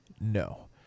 No